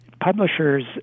publishers